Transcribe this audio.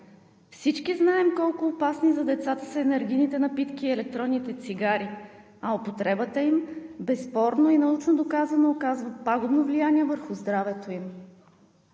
Всички знаем колко опасни за децата са енергийните напитки и електронните цигари, а употребата им – безспорно и научно доказано, оказват пагубно влияние върху здравето им.